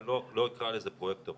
אני לא אקרא לזה פרויקטור,